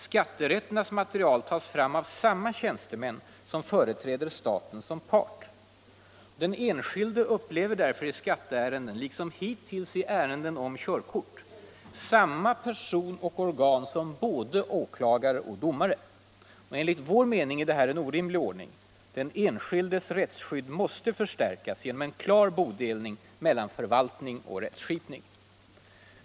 Skatterätternas material tas fram av samma tjänstemän som företräder staten som part. Den enskilde upplever därför i skatteärenden, liksom hittills i ärenden om körkort, samma person och organ som både åklagare och domare. Enligt vår åsikt är detta en orimlig ordning. Den enskildes rättsskydd måste förstärkas genom en klar bodelning mellan förvaltning och rättskipning.